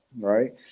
Right